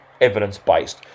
evidence-based